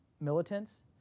militants